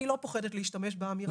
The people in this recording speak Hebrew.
אני לא פוחדת להשתמש באמירה הזאת,